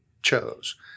chose